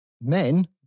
men